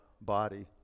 body